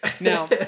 Now